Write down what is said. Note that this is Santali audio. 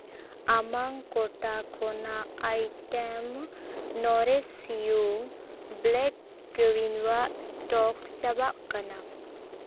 ᱟᱢᱟᱜ ᱠᱚᱴᱟ ᱠᱷᱚᱱᱟᱜ ᱟᱭᱴᱮᱢ ᱱᱚᱨᱮᱥᱤᱣᱩ ᱵᱞᱮᱠ ᱠᱤᱣᱱᱚᱵᱟ ᱮᱥᱴᱚᱠ ᱪᱟᱵᱟᱜ ᱠᱟᱱᱟ